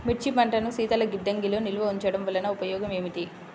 మిర్చి పంటను శీతల గిడ్డంగిలో నిల్వ ఉంచటం వలన ఉపయోగం ఏమిటి?